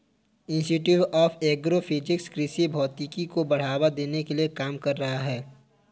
institute of agro physics कृषि भौतिकी को बढ़ावा देने के लिए काम कर रहा है